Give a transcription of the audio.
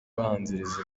ubanziriza